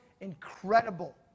incredible